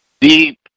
deep